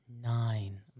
Nine